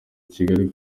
kigali